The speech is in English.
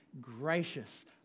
gracious